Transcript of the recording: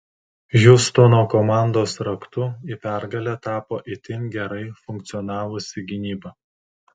hjustono komandos raktu į pergalę tapo itin gerai funkcionavusi gynyba